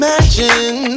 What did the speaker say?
Imagine